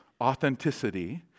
authenticity